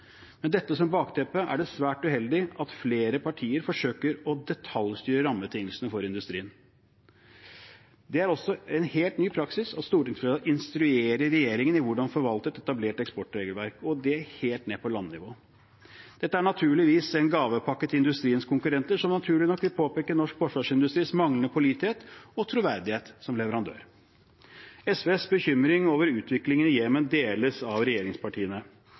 Med dette som bakteppe er det svært uheldig at flere partier forsøker å detaljstyre rammebetingelsene for industrien. Det er også en helt ny praksis at stortingsflertallet instruerer regjeringen i hvordan man skal forvalte et etablert eksportregelverk – og det helt ned på landnivå. Dette er naturligvis en gavepakke til industriens konkurrenter, som naturlig nok vil påpeke norsk forsvarsindustris manglende pålitelighet og troverdighet som leverandør. SVs bekymring over utviklingen i Jemen deles av regjeringspartiene.